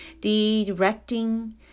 directing